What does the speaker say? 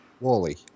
Wally